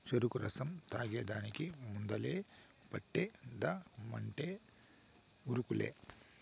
చెరుకు రసం తాగేదానికి ముందలే పంటేద్దామంటే ఉరుకులే